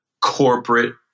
corporate